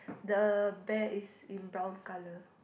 the bear is in brown colour